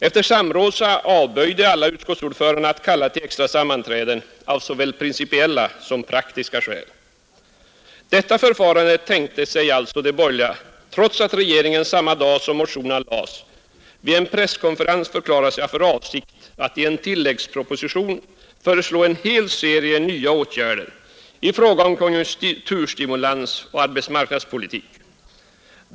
Efter samråd avböjde alla utskottsordförande att kalla till extra sammanträde av såväl principiella som praktiska skäl. Detta förfarande tänkte sig alltså de borgerliga trots att regeringen samma dag som motionerna lades vid en presskonferens förklarade sig ha för avsikt att i en tilläggsproposition föreslå en hel serie nya åtgärder i fråga om konjunkturstimulans och arbetsmarknadspolitik.